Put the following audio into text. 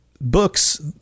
books